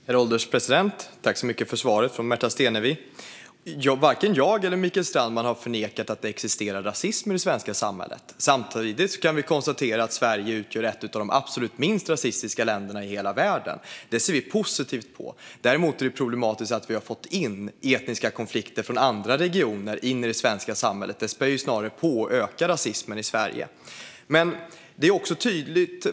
Herr ålderspresident! Jag tackar Märta Stenevi för svaret. Varken jag eller Mikael Strandman har förnekat att rasism existerar i det svenska samhället. Samtidigt utgör dock Sverige ett av de absolut minst rasistiska länderna i hela världen. Det ser vi positivt på. Det är däremot problematiskt att vi har fått in etniska konflikter i det svenska samhället från andra regioner. Det späder snarare på och ökar rasismen i Sverige. Det finns också något annat som är tydligt.